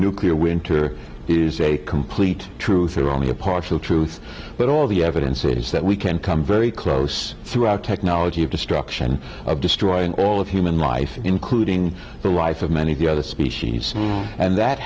nuclear winter is a complete truth or only a partial truth but all the evidence is that we can come very close to our technology of destruction of destroying all of human life including the rights of many of the other species and that